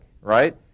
right